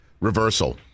reversal